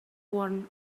one